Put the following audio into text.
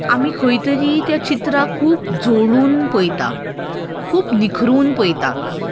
आमी खंय तरी त्या चित्रां खूब जोडून पळयता खूब निखरून पळयतात